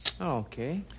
Okay